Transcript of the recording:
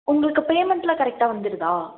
உங்களுக்கு பேமண்ட் எல்லாம் கரெக்டாக வந்துருதா